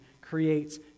creates